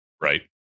Right